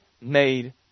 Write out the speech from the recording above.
made